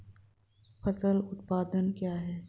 फसल उत्पादन क्या है?